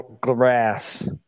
grass